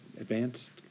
advanced